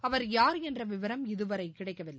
அவர் யார் என்ற விவரம் இதுவரை கிடைக்கவில்லை